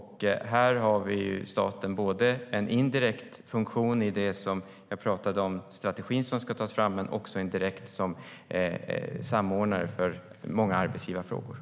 Här har staten både en indirekt funktion i den strategi som ska tas fram men också en direkt roll som samordnare av många arbetsgivarfrågor.